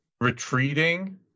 retreating